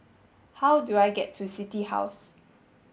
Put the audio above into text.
how do I get to City House